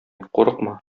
курыкма